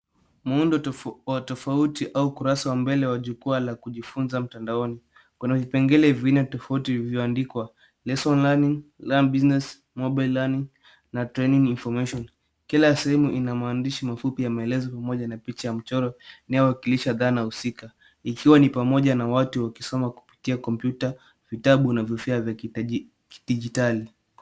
Muundo wa tovuti au ukurasa wa mbele wa chukua la kujifunza mtandaoni. Kuna vipengele/vibao mbalimbali vilivyoandikwa Lesson Learning, Learn Business, Mobile Learning, na Training Information. Kila sehemu ina maandishi mafupi ya maelezo pamoja na picha au mchoro unaoonyesha zana husika. Pia kuna mchoro unaoonyesha watu wakisoma kupitia kompyuta